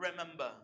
remember